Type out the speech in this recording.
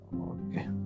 okay